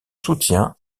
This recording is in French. soutien